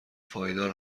پایدار